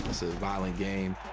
violent game.